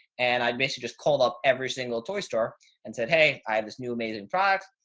and i'd mentioned just called up every single toy store and said, hey, i have this new amazing product.